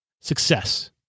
success